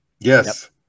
Yes